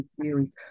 theory